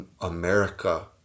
America